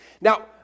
now